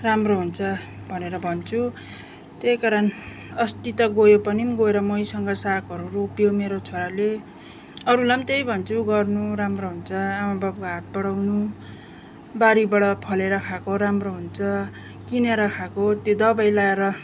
राम्रो हुन्छ भनेर भन्छु त्यही कारण अस्ति त गोयो पनि गएर मैसँग सागहरू रोप्यो मेरो छोराले अरूलाई पनि त्यही भन्छु गर्नु राम्रो हुन्छ आमा बाबाको हात बढाउनु बारीबाट फलेर खाएको राम्रो हुन्छ किनेर खाएको त्यो दवाई लाएर